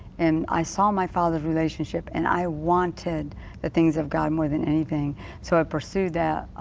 and i saw my father's relationship and i wanted the things of god more than anything so i pursued that.